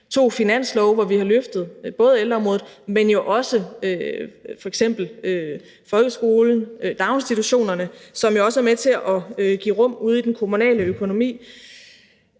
to finanslove, hvor vi har løftet både ældreområdet, men jo også f.eks. folkeskolen og daginstitutionerne, hvilket også er med til at give rum ude i den kommunale økonomi;